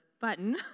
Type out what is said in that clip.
button